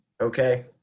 okay